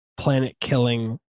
planet-killing